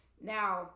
Now